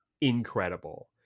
incredible